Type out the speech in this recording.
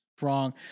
wrong